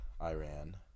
Iran